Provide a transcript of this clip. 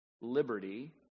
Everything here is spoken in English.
liberty